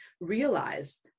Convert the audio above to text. realize